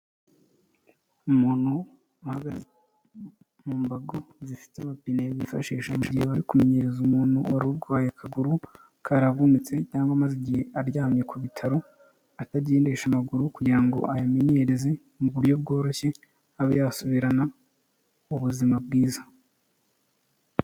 Umuntu uhagaze mu mbago zifite ubupine bifashisha mu gihe bari kumenyereza umuntu wari urwaye akaguru, karavunitse, cyangwa amaze igihe aryamye ku bitaro atagendesha amaguru kugira ngo ayamenyereze mu buryo bworoshye abe yasubirana ubuzima bwiza .